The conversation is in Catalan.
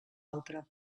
altra